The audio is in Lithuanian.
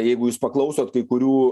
jeigu jūs paklausot kai kurių